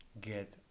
get